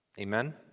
Amen